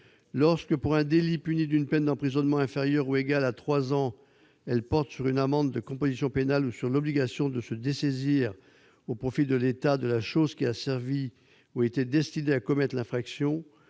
lorsque, pour un délit puni d'une peine d'emprisonnement inférieure ou égale à trois ans, elle porte sur une amende de composition pénale ou sur l'obligation de se dessaisir au profit de l'État de la chose qui a servi ou était destinée à commettre l'infraction